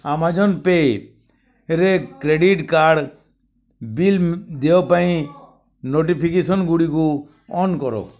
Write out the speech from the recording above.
Amazon ପେରେ credit card bill ଦେୟ ପାଇଁ ନୋଟିଫିକେସନ୍ ଗୁଡ଼ିକୁ ଅନ୍ କର